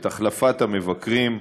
את החלפת המבקרים,